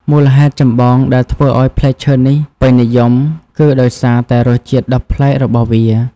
មូលហេតុចម្បងដែលធ្វើឱ្យផ្លែឈើនេះពេញនិយមគឺដោយសារតែរសជាតិដ៏ប្លែករបស់វា។